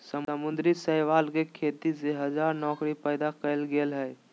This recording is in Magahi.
समुद्री शैवाल के खेती से हजार नौकरी पैदा कइल गेल हइ